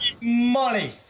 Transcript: Money